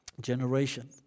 Generation